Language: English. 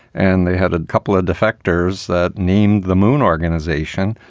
and they had a couple of defectors that named the moon organization.